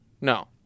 No